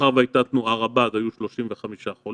מאחר והייתה תנועה רבה היו 35 חולים.